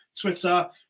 Twitter